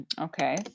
Okay